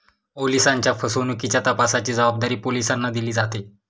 ओलिसांच्या फसवणुकीच्या तपासाची जबाबदारी पोलिसांना दिली जाते